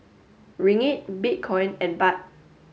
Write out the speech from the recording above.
Ringgit Bitcoin and Baht